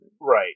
Right